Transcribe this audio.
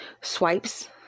Swipes